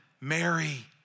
Mary